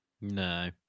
No